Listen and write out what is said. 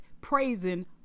praising